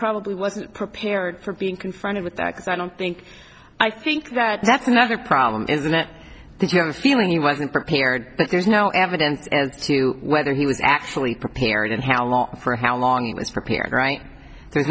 probably wasn't prepared for being confronted with that because i don't think i think that that's another problem is that the general feeling he wasn't prepared but there's no evidence as to whether he was actually prepared and how long for how long it was prepared right there's